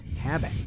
Habit